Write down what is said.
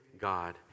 God